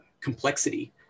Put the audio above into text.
complexity